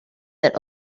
that